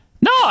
No